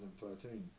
2013